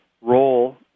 role